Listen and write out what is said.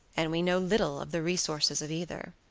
and we know little of the resources of either.